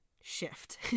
shift